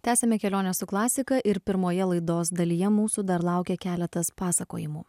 tęsiame kelionę su klasika ir pirmoje laidos dalyje mūsų dar laukia keletas pasakojimų